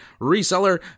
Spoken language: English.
reseller